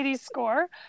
score